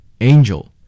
Angel